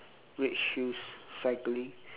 red shoes cycling